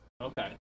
okay